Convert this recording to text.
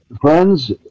friends